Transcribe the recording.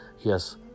Yes